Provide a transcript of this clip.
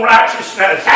righteousness